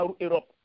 Europe